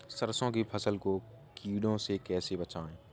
सरसों की फसल को कीड़ों से कैसे बचाएँ?